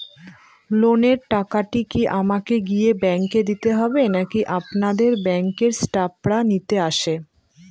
লোনের টাকাটি কি আমাকে গিয়ে ব্যাংক এ দিতে হবে নাকি আপনাদের ব্যাংক এর স্টাফরা নিতে আসে?